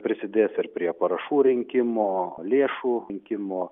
prisidės ir prie parašų rinkimo lėšų rinkimo